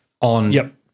on